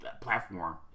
platform